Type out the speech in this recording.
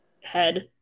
head